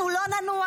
-- אנחנו לא ננוח,